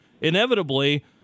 inevitably